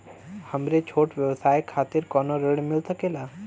हमरे छोट व्यवसाय खातिर कौनो ऋण मिल सकेला?